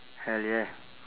hell yeah